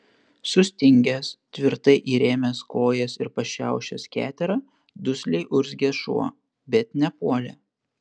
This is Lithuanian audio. sustingęs tvirtai įrėmęs kojas ir pašiaušęs keterą dusliai urzgė šuo bet nepuolė